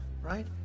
right